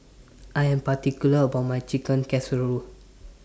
I Am particular about My Chicken Casserole